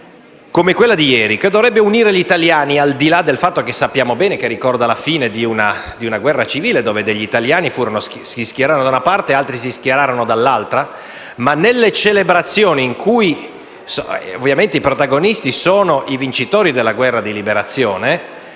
come quella di ieri, che dovrebbe unire gli italiani al di là del fatto che, come sappiamo bene, ricorda la fine di una guerra civile, dove alcuni italiani si schierarono da una parte e altri dall'altra. Ebbene, alcune celebrazioni i cui protagonisti sono i vincitori della guerra di liberazione,